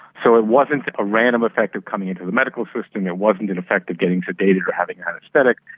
so it wasn't a random effect of coming into the medical system, it wasn't an effect of getting sedated or having anaesthetic,